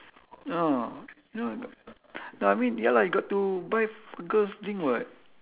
no no no I mean ya lah you got to buy girls drink [what]